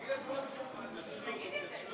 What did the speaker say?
איזו